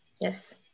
Yes